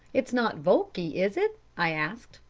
it's not volki, is it i asked.